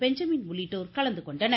Benjamin உள்ளிட்டோர் கலந்துகொண்டனர்